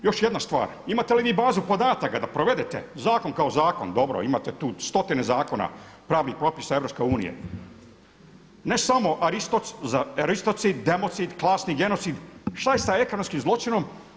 Još jedna stvar, imate li bazu podataka da provedete zakon kao zakon, dobro imate tu stotine zakona, pravnih propisa EU, ne samo … democid, klasni genocid, šta je sa ekonomskim zločinom?